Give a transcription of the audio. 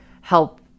help